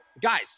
guys